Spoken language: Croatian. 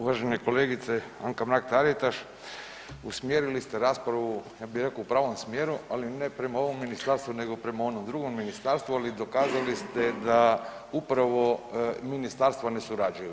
Uvažena kolegice Anka Mrak Taritaš usmjerili ste raspravu ja bih rekao u pravom smjeru, ali ne prema ovom ministarstvu nego prema onom drugom ministarstvu ali dokazali ste da upravo ministarstva ne surađuju.